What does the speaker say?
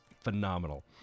phenomenal